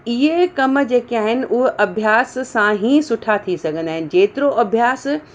इहे कम जेके आहिनि उहे अभ्यास सां ई सुठा थी सघंदा आहिनि जेतिरो अभ्यासु